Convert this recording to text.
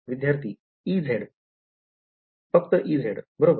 विधार्थी Ez फक्त Ez बरोबर